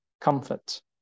comfort